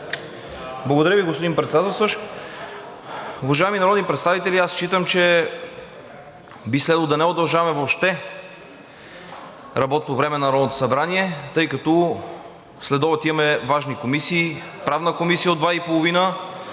Благодаря Ви, господин Председателстващ. Уважаеми народни представители, аз считам, че би следвало да не удължаваме въобще работното време на Народното събрание, тъй като следобед имаме важни комисии – Правна комисия от 14,30